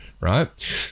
Right